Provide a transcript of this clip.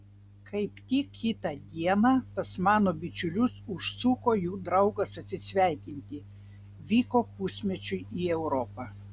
kaip tik kitą dieną pas mano bičiulius užsuko jų draugas atsisveikinti vyko pusmečiui į europą